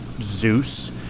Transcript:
Zeus